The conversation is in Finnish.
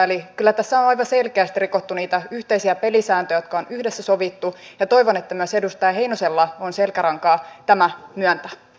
eli kyllä tässä on aivan selkeästi rikottu niitä yhteisiä pelisääntöjä jotka on yhdessä sovittu ja toivon että myös edustaja heinosella on selkärankaa tämä myöntää